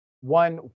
one